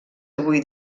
avui